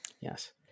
Yes